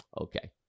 okay